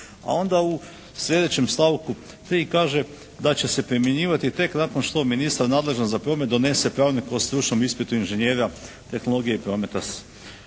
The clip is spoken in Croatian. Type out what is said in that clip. A onda u sljedećem stavku 3. kaže da će se primjenjivati tek nakon što ministar nadležan za promet donese pravilnik o stručnom ispitu inženjera tehnologije i prometa